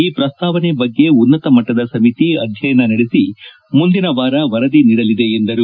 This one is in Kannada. ಈ ಪ್ರಸ್ತಾವನೆ ಬಗ್ಗೆ ಉನ್ನತ ಮಟ್ಟದ ಸಮಿತಿ ಅಧ್ಯಯನ ನಡೆಸಿ ಮುಂದಿನ ವಾರ ವರದಿ ನೀಡಲಿದೆ ಎಂದರು